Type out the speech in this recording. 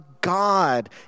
god